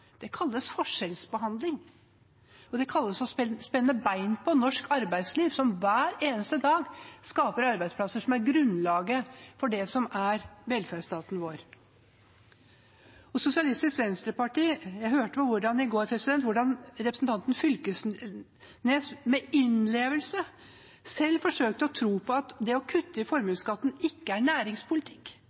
Det kalles forskjellsbehandling, og det kalles å spenne bein under norsk arbeidsliv, som hver eneste dag skaper arbeidsplasser som er grunnlaget for det som er velferdsstaten vår. Og Sosialistisk Venstreparti – jeg hørte i går på hvordan representanten Knag Fylkesnes med innlevelse selv forsøkte å tro på at det å kutte i formuesskatten ikke er næringspolitikk.